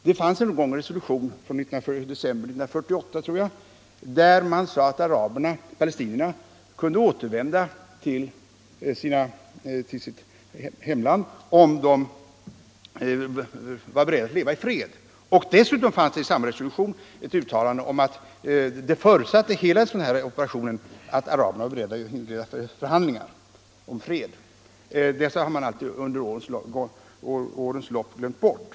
Det fanns en resolution från december 1948 — tror jag — där det hette att palestinierna antingen kunde få kompensation för förlorad egendom eller kunde återvända till sitt hemland om de var beredda att leva i fred med israelserna. I samma resolution fanns ett uttalande om att hela operationen förutsatte att araberna var beredda att inleda förhandlingar om fred. Dessa uttalanden har man under årens lopp glömt bort.